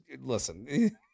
listen